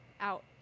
out